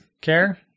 care